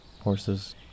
horses